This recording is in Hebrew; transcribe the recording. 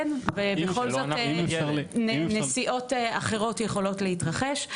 כן, בכל זאת, נסיעות אחרות יכולות להתרחש.